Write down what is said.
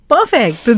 Perfect